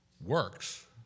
works